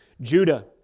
Judah